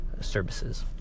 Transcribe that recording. services